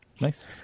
nice